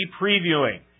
previewing